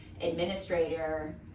administrator